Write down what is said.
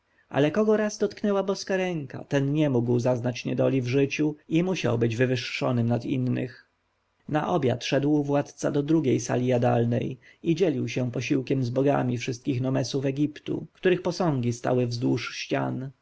ale kogo raz dotknęła boska ręka ten nie mógł zaznać niedoli w życiu i musiał być wywyższonym nad innych na obiad szedł władca do drugiej sali jadalnej i dzielił się posiłkiem z bogami wszystkich nomesów egiptu których posągi stały wzdłuż ścian